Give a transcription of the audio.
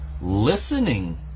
listening